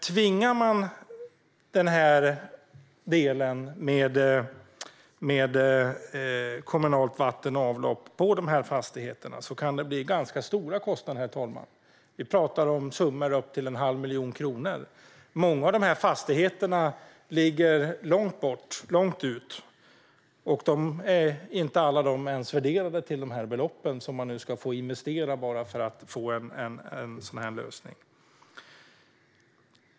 Tvingar man ägarna att ansluta dessa fastigheter till kommunalt vatten och avlopp kan det bli ganska stora kostnader, herr talman. Vi pratar om summor på upp till en halv miljon kronor. Många av de här fastigheterna ligger långt borta, långt ut. Det är inte ens så att alla är värderade till belopp som uppgår till det man nu ska behöva investera bara för att få en sådan här lösning.